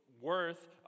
worth